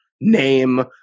name